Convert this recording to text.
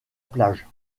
plage